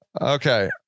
okay